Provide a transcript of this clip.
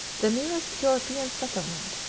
the nearest european settlement,